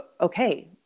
okay